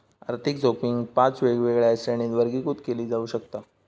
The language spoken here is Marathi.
आर्थिक जोखीम पाच वेगवेगळ्या श्रेणींत वर्गीकृत केली जाऊ शकता